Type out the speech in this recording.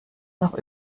noch